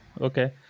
Okay